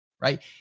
right